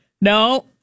No